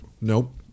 Nope